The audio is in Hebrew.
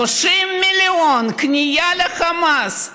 30 מיליון כניעה לחמאס.